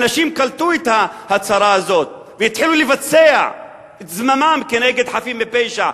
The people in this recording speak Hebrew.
אנשים קלטו את ההצהרה הזו והתחילו לבצע את זממם כנגד חפים מפשע.